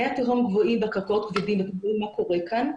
מי התהום גבוהים ותראו מה קורה כאן.